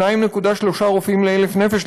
2.3 רופאים ל-1,000 נפש,